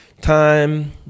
time